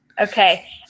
Okay